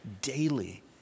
daily